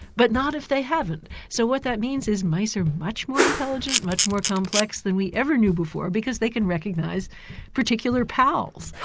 but not if they haven't. so what that means is mice are much more intelligent, much more complex than we ever knew before, because they can recognise particular pals.